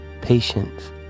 patience